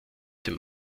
dem